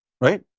Right